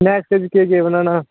नास्ते च केह् केह् बनाना